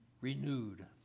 renewed